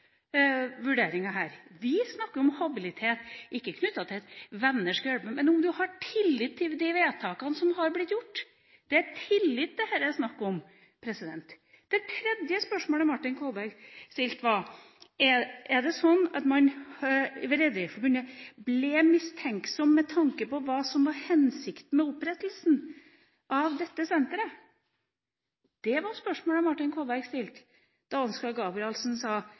vurderinga her. Vi snakker om habilitet. Den er ikke knyttet til at venner skal hjelpe, men om man har tillit til de vedtakene som har blitt gjort. Det er tillit dette er snakk om. Det tredje spørsmålet Martin Kolberg stilte, var: Er det sånn at man ved Rederiforbundet «ble mistenksom, med tanke på hva som var hensikten med opprettelsen av dette senteret?» Det var spørsmålet Kolberg stilte da Ansgar Gabrielsen sa: